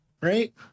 right